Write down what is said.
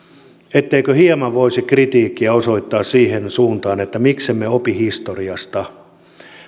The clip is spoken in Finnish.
etteikö hieman voisi kritiikkiä osoittaa siihen suuntaan että miksemme opi historiasta